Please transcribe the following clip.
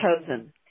chosen